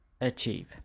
achieve